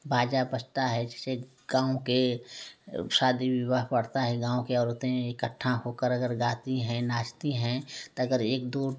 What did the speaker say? बाजा बजता है जिसे गाँव के शादी विवाह पड़ता है गाँव के औरतें इकठ्ठा होकर अगर गाती हैँ नाचती है तो अगर एक दो